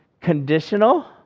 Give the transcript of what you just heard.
conditional